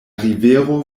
rivero